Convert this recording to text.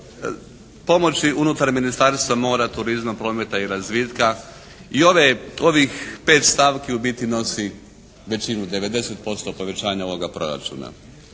pomoći unutar Ministarstva mora, turizma, prometa i razvitka i ovih 5 stavki u biti nosi većinu, 90% povećanja ovoga Proračuna.